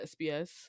SBS